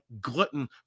glutton